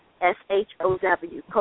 S-H-O-W